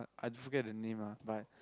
I just forget the name lah but